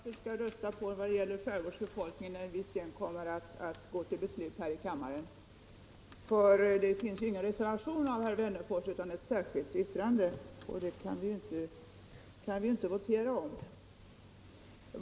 Herr talman! Jag undrar vad herr Wennerfors och hans partikamrater skall rösta på vad gäller skärgårdsbefolkningen när vi går till beslut här i kammaren. Det finns ju ingen reservation av herr Wennerfors utan bara ett särskilt yttrande, och det kan vi inte votera om.